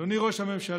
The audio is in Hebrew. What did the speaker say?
אדוני ראש הממשלה,